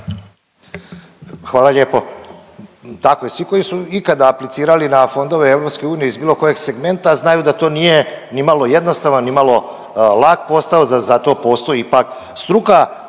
Hvala lijepo. Tako je, svi koji su ikada aplicirali na fondove EU iz bilo kojeg segmenta znaju da to nije nimalo jednostavan, nimalo lak posao za to postoji ipak struka.